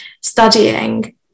studying